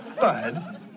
Bud